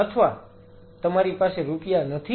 અથવા તમારી પાસે રૂપિયા નથી